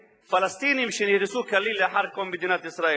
פלסטיניים שנהרסו כליל לאחר קום מדינת ישראל.